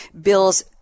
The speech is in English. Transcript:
Bill's